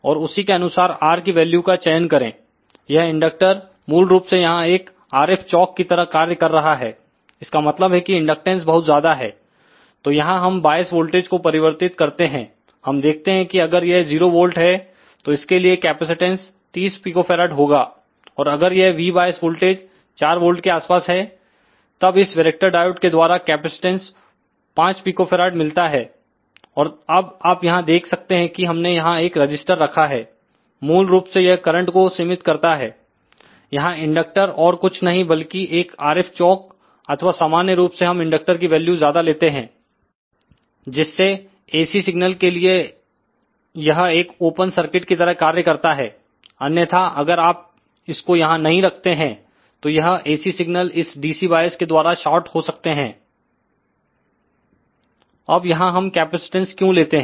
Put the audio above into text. और उसी के अनुसार R की वैल्यू का चयन करें यह इंडक्टर मूलरूप से यहां एक RF चोक की तरह कार्य कर रहा है इसका मतलब है कि इंडक्टेंस बहुत ज्यादा है तो यहां हम बायस वोल्टेज को परिवर्तित करते हैं हम देखते हैं कि अगर यह 0 वोल्ट है तो इसके लिए कैपेसिटेंस 30 pF होगा और अगर यह V बायस वोल्टेज 4 वोल्ट के आसपास है तब इस वैरेक्टर डायोड के द्वारा कैपेसिटेंस 5 pF मिलता है और अब आप यहां देख सकते हैं कि हमने यहां एक रजिस्टर रखा है मूलरूप से यह करंट को सीमित करता है यहां इंडक्टर और कुछ नहीं बल्कि एक RF चोक अथवा सामान्य रूप से हम इंडक्टर की वैल्यू ज्यादा लेते हैं जिससे एसी सिग्नल के लिए यह एक ओपन सर्किट की तरह कार्य करता है अन्यथा अगर आप इसको यहां नहीं रखते हैं तो यह एसी सिग्नल इस डीसी बायस के द्वारा शार्ट हो सकते हैं अब यहां हम कैपेसिटेंस क्यों लेते हैं